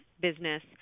business